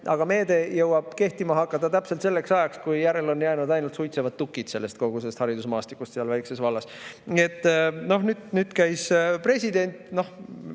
Aga meede jõuab kehtima hakata täpselt selleks ajaks, kui järele on jäänud ainult suitsevad tukid kogu sellest haridusmaastikust seal väikses vallas. Noh, nüüd käis president